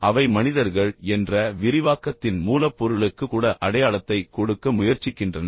அவை மனிதர்கள் என்ற விரிவாக்கத்தின் மூலப் பொருளுக்கு கூட அடையாளத்தைக் கொடுக்க முயற்சிக்கின்றன